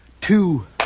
two